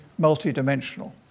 multidimensional